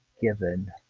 given